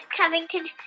Covington